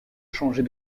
changer